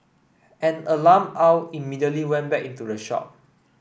an alarm Aw immediately went back into the shop